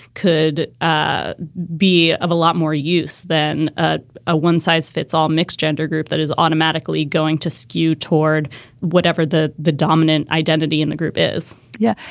could ah be of a lot more use than ah a one size fits all mixed gender group that is automatically going to skew toward whatever the the dominant identity in the group is yeah,